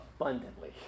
abundantly